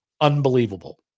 Unbelievable